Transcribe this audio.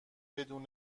بدون